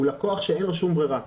הוא לקוח שאין לו שום ברירה.